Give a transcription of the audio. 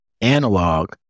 analog